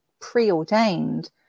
preordained